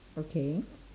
okay